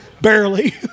Barely